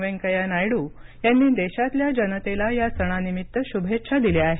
व्यंकय्या नायडू यांनी देशातल्या जनतेला या सणानिमित्त शुभेच्छा दिल्या आहेत